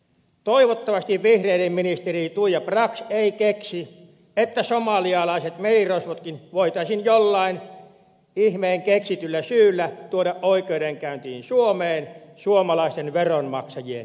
toivottavasti vihreiden ministeri tuija brax ei keksi että somalialaiset merirosvotkin voitaisiin jollain ihmeen keksityllä syyllä tuoda oikeudenkäyntiin suomeen suomalaisten veronmaksajien kustannuksella